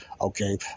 okay